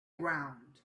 ground